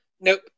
Nope